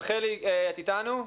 רחלי את איתנו?